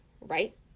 right